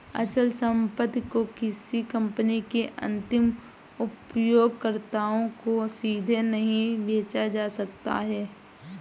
अचल संपत्ति को किसी कंपनी के अंतिम उपयोगकर्ताओं को सीधे नहीं बेचा जा सकता है